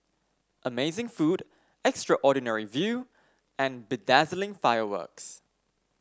amazing food extraordinary view and bedazzling fireworks